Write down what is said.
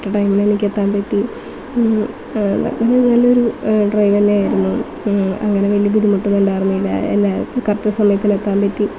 correct ടൈമിൽ എനിക്ക് എത്താൻ പറ്റി നല്ല നല്ലൊരു ഡ്രൈവ് തന്നെയായിരുന്നു അങ്ങനെ വലിയ ബുദ്ധിമുട്ടൊന്നും ഉണ്ടായിരുന്നില്ല എല്ലാം കറക്റ്റ് സമയത്തിന് എത്താൻ പറ്റി